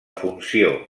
funció